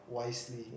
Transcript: wisely